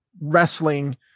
wrestling